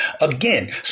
Again